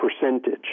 percentage